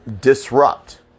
disrupt